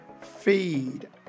feed